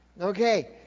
Okay